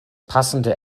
passende